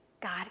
God